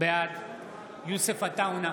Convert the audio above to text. בעד יוסף עטאונה,